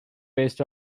based